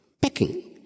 pecking